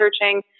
searching